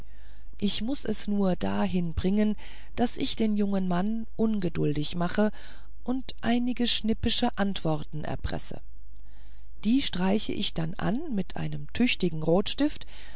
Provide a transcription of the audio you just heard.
ich muß es nur dahin bringen daß ich den jungen mann ungeduldig mache und einige schnippische antworten er presse die streiche ich denn an mit einem tüchtigen rotstift